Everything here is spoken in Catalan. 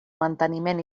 manteniment